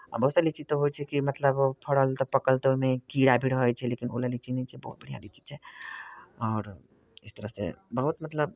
बहुत सारा लीची तऽ होइत छै कि मतलब फड़ल तऽ पकल तऽ ओहिमे कीड़ा भी रहै छै लेकिन ओवला लीची नहि छै बहुत बढ़िआँ लीची छै आओर इस तरहसँ बहुत मतलब